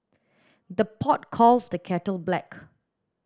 the pot calls the kettle black